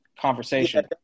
conversation